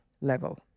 level